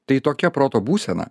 tai tokia proto būsena